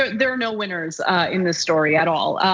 there are no winners in this story at all.